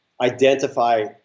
identify